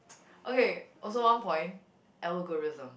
okay also one point algorithm